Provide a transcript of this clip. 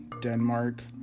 denmark